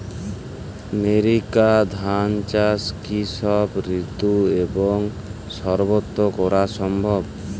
NERICA ধান চাষ কি সব ঋতু এবং সবত্র করা সম্ভব?